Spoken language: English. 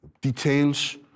details